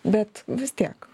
bet vis tiek